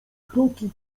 kroki